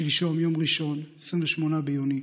שלשום, יום ראשון, 28 ביוני,